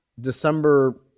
December